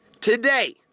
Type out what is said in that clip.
today